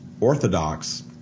orthodox